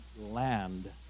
land